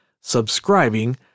subscribing